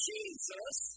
Jesus